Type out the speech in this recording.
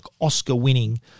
Oscar-winning